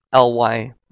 LY